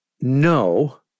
No